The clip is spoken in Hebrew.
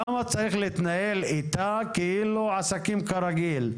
למה צריך להתנהל איתה כאילו עסקים כרגיל?